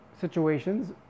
situations